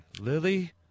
Lily